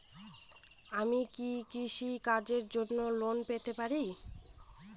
আমি কি কৃষি কাজের জন্য লোন পেতে পারি?